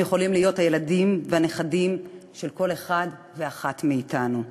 הם יכולים להיות הילדים והנכדים של כל אחד ואחת מאתנו.